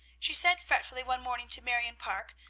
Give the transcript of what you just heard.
she said fretfully one morning to marion parke,